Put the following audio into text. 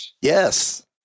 yes